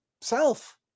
self